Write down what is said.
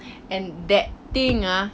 and that thing ah